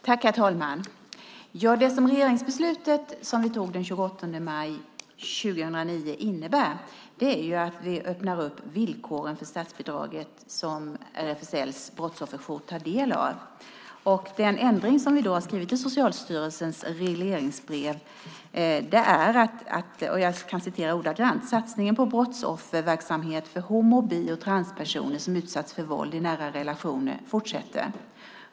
Herr talman! Det som regeringsbeslutet som vi tog den 28 maj 2009 innebär är att vi öppnar upp villkoren för det statsbidrag som RFSL:s brottsofferjour tar del av. Den ändring som vi har skrivit in i Socialstyrelsens regleringsbrev är att "satsningen på brottsofferverksamhet för homo-, bi och transpersoner som utsatts för våld i nära relationer fortsätter.